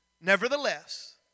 Nevertheless